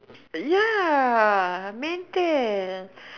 ya mental